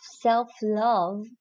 self-love